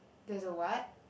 there's a what